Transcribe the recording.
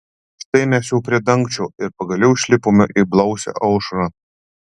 štai mes jau prie dangčio ir pagaliau išlipome į blausią aušrą